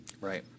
Right